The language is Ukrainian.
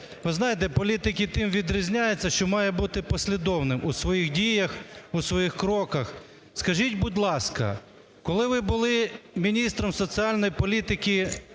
ви знаєте, політики тим відрізняються, що мають бути послідовними у своїх діях, у своїх кроках. Скажіть, будь ласка, коли ви були міністром соціальної політики